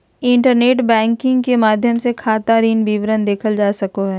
internet banking के माध्यम से खाता ऋण विवरण देखल जा सको हइ